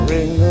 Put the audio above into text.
Ring